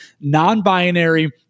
non-binary